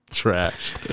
Trash